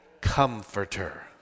comforter